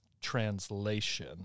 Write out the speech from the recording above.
translation